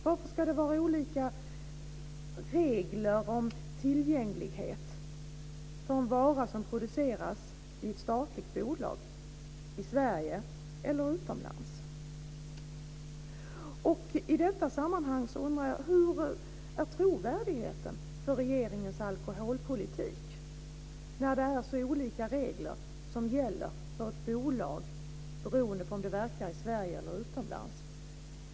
Varför ska det vara olika regler om tillgänglighet i Sverige och utomlands för en vara som produceras i ett statligt bolag? I detta sammanhang undrar jag: Hur är det med trovärdigheten för regeringens alkoholpolitik när det är olika regler som gäller för ett bolag beroende på om det verkar i Sverige eller utomlands?